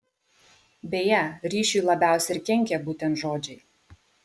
beje ryšiui labiausiai ir kenkia būtent žodžiai